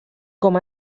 com